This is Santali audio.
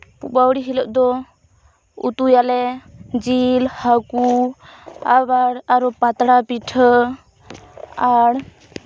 ᱵᱟᱹᱣᱲᱤ ᱦᱤᱞᱳᱜ ᱫᱚ ᱩᱛᱩᱭᱟᱞᱮ ᱡᱤᱞ ᱦᱟᱹᱠᱩ ᱟᱵᱟᱨ ᱯᱟᱛᱲᱟ ᱯᱤᱴᱷᱟᱹ ᱟᱨ